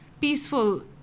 peaceful